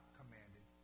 commanded